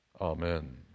Amen